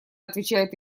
отвечает